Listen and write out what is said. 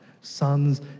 sons